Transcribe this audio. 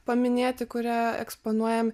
paminėti kurią eksponuojam